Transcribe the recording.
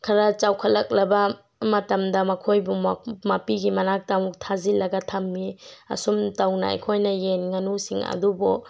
ꯈꯔ ꯆꯥꯎꯈꯠꯂꯛꯂꯕ ꯃꯇꯝꯗ ꯃꯈꯣꯏꯕꯨ ꯃꯄꯤꯒꯤ ꯃꯅꯥꯛꯇ ꯑꯃꯨꯛ ꯊꯥꯖꯤꯜꯂꯒ ꯊꯝꯃꯤ ꯑꯁꯨꯝ ꯇꯧꯅ ꯑꯩꯈꯣꯏꯅ ꯌꯦꯟ ꯉꯥꯅꯨꯁꯤꯡ ꯑꯗꯨꯕꯨ